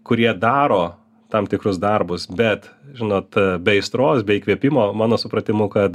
kurie daro tam tikrus darbus bet žinot e be aistros be įkvėpimo mano supratimu kad